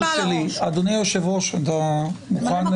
אדוני היושב ראש, אתה מוכן?